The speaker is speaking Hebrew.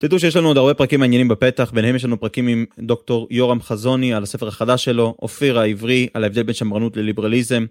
תדעו שיש לנו עוד הרבה פרקים מעניינים בפתח ביניהם יש לנו פרקים עם דוקטור יורם חזוני על הספר החדש שלו אופיר העברי על ההבדל בין שמרנות לליברליזם.